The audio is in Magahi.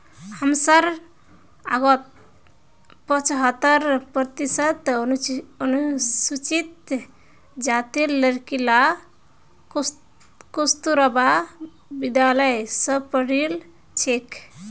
हमसार गांउत पछहत्तर प्रतिशत अनुसूचित जातीर लड़कि ला कस्तूरबा विद्यालय स पढ़ील छेक